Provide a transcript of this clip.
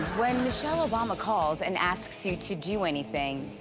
when michelle o obama calls and asks you to do anything,